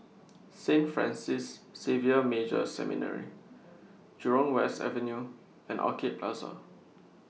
Saint Francis Xavier Major Seminary Jurong West Avenue and Orchid Plaza